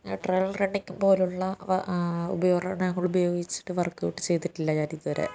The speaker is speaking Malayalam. ഞാൻ ട്രയൽ റണ്ണിംഗ് പോലുള്ള ഉപകരണങ്ങൾ ഉപയോഗിച്ചിട്ട് വർക്ക്ഔട്ട് ചെയ്തിട്ടില്ല ഞാനിതുവരെ